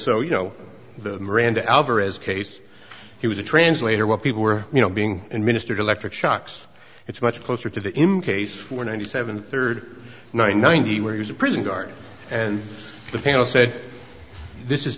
so you know the miranda alvarez case he was a translator well people were you know being in minister electric shocks it's much closer to him case for ninety seven hundred ninety ninety where he was a prison guard and the panel said this is